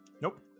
Nope